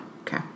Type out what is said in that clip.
Okay